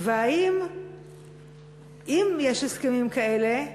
2. ואם יש הסכמים כאלה,